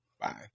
Bye